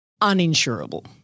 uninsurable